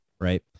right